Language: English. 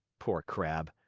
poor crab!